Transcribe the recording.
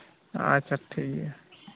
ᱟᱪᱪᱷᱟ ᱴᱷᱤᱠᱜᱮᱭᱟ